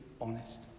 honest